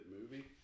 movie